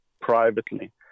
privately